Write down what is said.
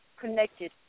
connected